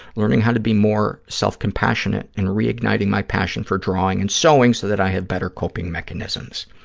learning how be more self-compassionate and reigniting my passion for drawing and sewing so that i have better coping mechanisms.